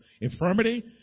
infirmity